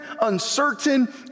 uncertain